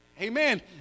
Amen